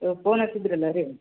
ಇವಾಗ ಪೋನ್ ಹಚ್ಚಿದ್ರಲ್ಲ ರೀ